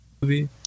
Movie